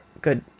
good